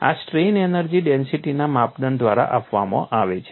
આ strain energy ડેન્સિટીના માપદંડ દ્વારા આપવામાં આવે છે